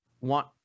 want